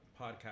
podcast